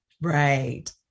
Right